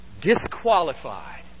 disqualified